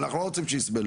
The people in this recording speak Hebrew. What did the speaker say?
ואנחנו לא רוצים שיסבלו,